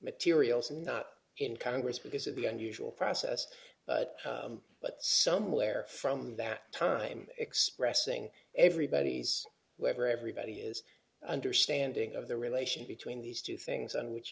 materials i'm not in congress because of the unusual process but but somewhere from that time expressing everybody's wherever everybody is understanding of the relation between these two things on which